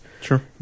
Sure